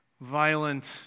violent